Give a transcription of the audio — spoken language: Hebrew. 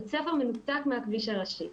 בית הספר מנותק מהכביש הראשי.